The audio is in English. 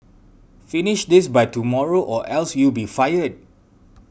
finish this by tomorrow or else you'll be fired